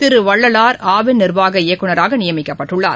திரு வள்ளலார் ஆவின் நிர்வாக இயக்குனராக நியமிக்கப்பட்டுள்ளார்